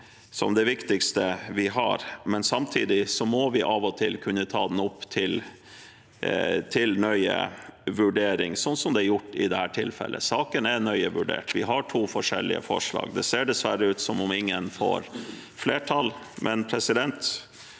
som det viktigste vi har. Samtidig må vi av og til kunne ta den opp til nøye vurdering, sånn som det er gjort i dette tilfellet. Saken er nøye vurdert. Vi har to forskjellige forslag, og det ser dessverre ut til at ingen får flertall. Arbeiderpartiet